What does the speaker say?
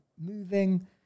moving